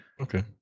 Okay